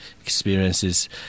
experiences